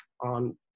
on –